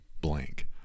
blank